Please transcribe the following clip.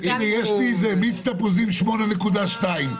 הנה: מיץ תפוזים 8.2,